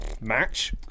Match